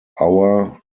hour